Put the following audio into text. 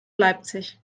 leipzig